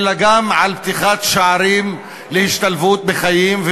אלא גם על-ידי פתיחת שערים להשתלבות בחיים,